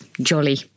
Jolly